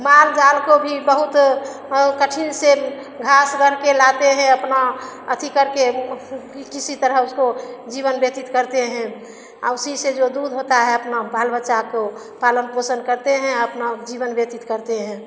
माल जान को भी बहुत कठिन से घास घर के लाते हैं अपना अथि करके किसी तरह उसको जीवन व्यतीत करते हैं उसी से जो दूध होता है अपना बाल बच्चा को पालन पोसन करते हैं अपना जीवन व्यतीत करते हैं